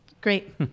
Great